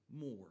more